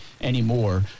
anymore